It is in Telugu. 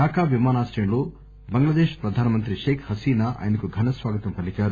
ఢాకా విమానాశ్రయంలో బంగ్లాదేశ్ ప్రధానమంత్రి షేక్ హసీనా ఆయనకు ఘనంగా స్వాగతం పలికారు